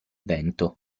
vento